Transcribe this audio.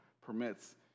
permits